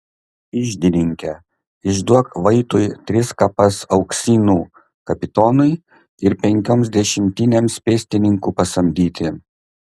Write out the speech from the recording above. iždininke išduok vaitui tris kapas auksinų kapitonui ir penkioms dešimtinėms pėstininkų pasamdyti